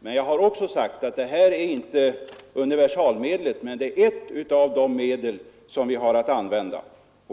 Jag har också sagt att reklamskatten inte är något universalmedel men att den är ett av de medel som vi kan använda.